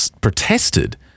protested